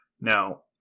Now